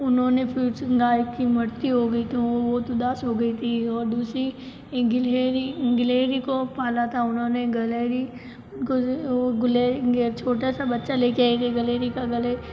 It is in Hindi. उन्होंने फिर उस गाय की मृत्यु हो गई थी तो वो बहुत उदास हो गई थी और दूसरी गिलहरी गिलहरी को पाला था उन्होंने गिलहरी उनको वो छोटा सा बच्चा ले के आएगे गिलहरी का गल